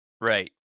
Right